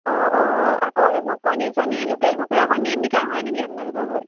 অঁ অঁ আকৌ এইবোৰ কণী চণী লোকেল কুকুৰা কণী বিকা হয় নেকি আপোনালোকৰ ঘৰত